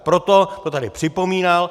Proto to tady připomínal.